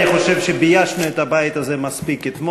אני חושב שמספיק ביישנו את הבית הזה אתמול,